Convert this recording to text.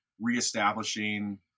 reestablishing